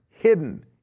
hidden